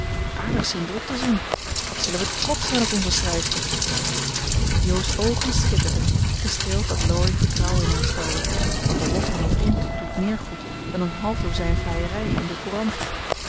in druk te zien wat zullen we trotsch zijn op onze schrijfster jo's oogen schitterden gestreeld dat laurie vertrouwen in haar stelde want de lof van een vriend doet meer goed dan een half dozijn vleierijen in de courant